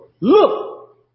look